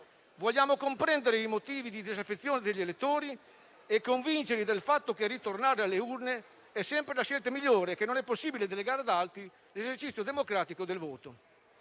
Vogliamo comprendere i motivi di disaffezione degli elettori e convincerli del fatto che ritornare alle urne è sempre la scelta migliore, che non è possibile delegare ad altri l'esercizio democratico del voto.